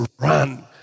run